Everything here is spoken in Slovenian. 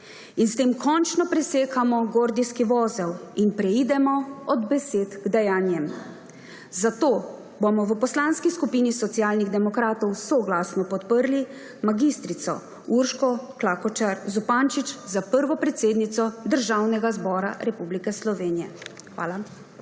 in s tem končno presekamo gordijski vozel in preidemo od besed k dejanjem. Zato bomo v Poslanski skupini Socialnih demokratov soglasno podprli mag. Urško Klakočar Zupančič za prvo predsednico Državnega zbora Republike Slovenije. Hvala.